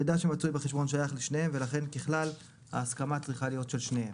המידע שמצוי בחשבון שייך לשניהם ולכן ככלל ההסכמה צריכה להיות של שניהם.